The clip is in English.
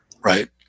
Right